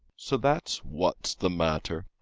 so that's what's the matter!